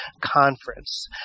Conference